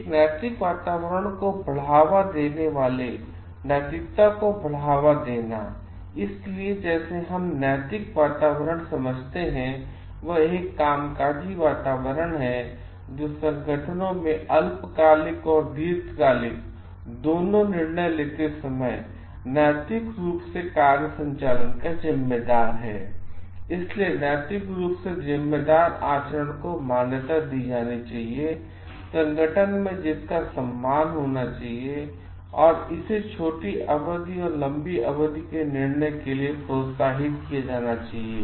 एक नैतिक वातावरण को बढ़ावा देने वाले नैतिकता को बढ़ावा देनाइसलिए जिसे हम नैतिक वातावरण समझते हैं यह एक कामकाजी वातावरण है जो संगठनों में अल्पकालिक और दीर्घकालिक दोनों निर्णय लेते समय नैतिक रूप से कार्य संचालन जिम्मेदार है इसलिए नैतिक रूप से जिम्मेदार आचरण को मान्यता दी जानी चाहिए संगठन में जिसका सम्मान होना चाहिए और इसे छोटी अवधि और लंबी अवधि के निर्णय के लिए प्रोत्साहित किया जाना चाहिए